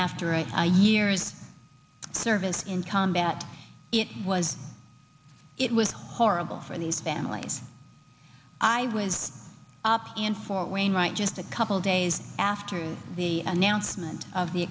after eight years service in combat it was it was horrible for these families i was in fort wainwright just a couple days after the announcement of the